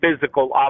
physical